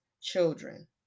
children